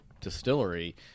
distillery